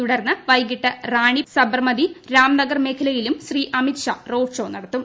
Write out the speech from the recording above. തുടർന്ന് വൈകിട്ട് റാണിപ് സബർമതി രാംനഗർ മേഖലകളിലും ശ്രീ അമിത് ഷാ റോഡ് ഷോ നടത്തും